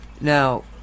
Now